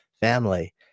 family